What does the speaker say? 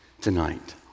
tonight